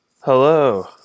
Hello